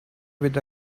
with